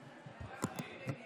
אדוני.